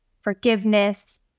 forgiveness